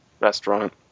restaurant